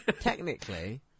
technically